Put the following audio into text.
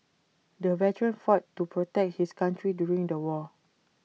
the veteran fought to protect his country during the war